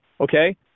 okay